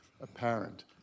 apparent